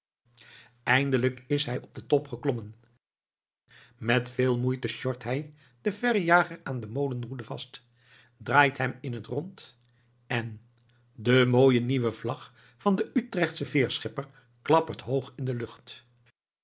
eindelijk is hij op den top geklommen met veel moeite sjort hij den verrejager aan de molenroede vast draait hem in het rond en de mooie nieuwe vlag van den utrechtschen veerschipper klappert hoog in de lucht